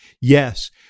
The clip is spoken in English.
Yes